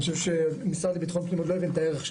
אני חושב שהמשרד לבטחון פנים עוד לא הבין את הערך של